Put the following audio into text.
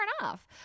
enough